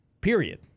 Period